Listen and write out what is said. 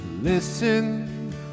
listen